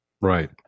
right